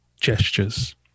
gestures